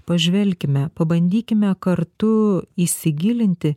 pažvelkime pabandykime kartu įsigilinti